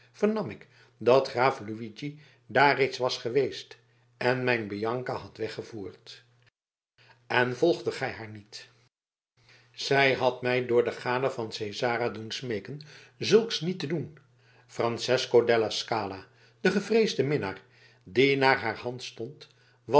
vernam ik dat graaf luigi daar reeds was geweest en mijn bianca had weggevoerd en volgdet gij haar niet zij had mij door de gade van cesara doen smeeken zulks niet te doen francesco della scala de gevreesde minnaar die naar haar hand stond